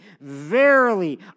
verily